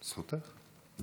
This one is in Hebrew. זכותך.